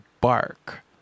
bark